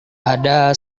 ada